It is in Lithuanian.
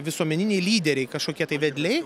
visuomeniniai lyderiai kažkokie tai vedliai